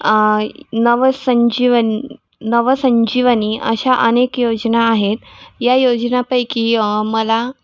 नवसंजीवन नवसंजीवनी अशा अनेक योजना आहेत या योजनापैकी मला